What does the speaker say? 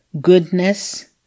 goodness